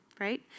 right